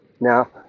Now